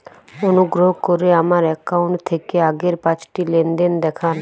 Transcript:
অনুগ্রহ করে আমার অ্যাকাউন্ট থেকে আগের পাঁচটি লেনদেন দেখান